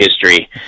history